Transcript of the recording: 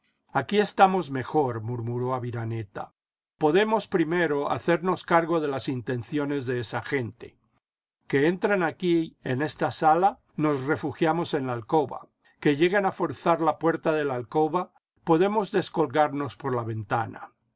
aquí estamos mejor murmuró aviraneta podemos primero hacernos cargo de las intenciones de esa gente jque entran aquí en esta sala nos refugiamos en la alcoba que llegan a forzar la puerta de la alcoba podemos descolgarnos por la ventana